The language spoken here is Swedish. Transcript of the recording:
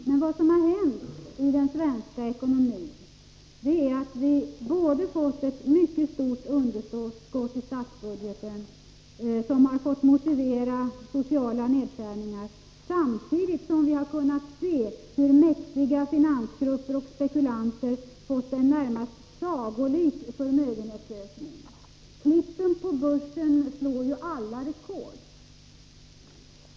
Men vad som har hänt i den svenska ekonomin är att vi har fått ett mycket stort underskott i statsbudgeten — som har fått motivera sociala nedskärningar — samtidigt som vi har kunnat se hur mäktiga finansgrupper och spekulanter fått en närmast sagolik förmögenhetsökning. Klippen på börsen slår ju alla rekord.